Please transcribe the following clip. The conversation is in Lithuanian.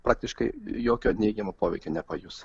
praktiškai jokio neigiamo poveikio nepajus